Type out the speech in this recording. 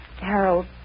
Harold